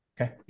okay